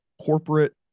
corporate